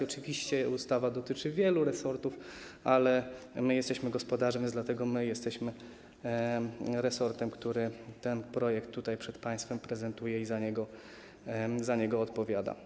Oczywiście ustawa dotyczy wielu resortów, ale my jesteśmy gospodarzem, dlatego jesteśmy resortem, który ten projekt przed państwem prezentuje i za niego odpowiada.